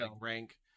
rank